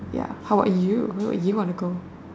ya how about you where do you want to go